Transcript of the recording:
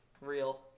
Real